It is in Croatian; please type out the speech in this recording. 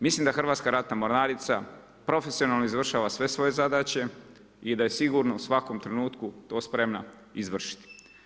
Mislim da Hrvatska ratna mornarica, profesionalno izvršava sve svoje zadaće i da je sigurno u svakom trenutku to spremna izvjestiti.